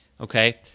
Okay